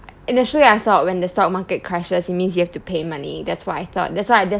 initially I thought when the stock market crashes it means you have to pay money that's what I thought that's why I just